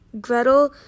Gretel